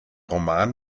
roman